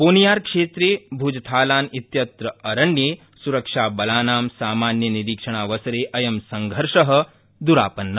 बोनियारक्षेत्रे भुजथालान द्वित्र अरण्ये सुरक्षाबलानां सामान्यनिरीक्षणावसरे अयं संघर्ष द्रापन्न